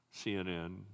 CNN